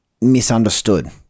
misunderstood